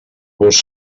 vos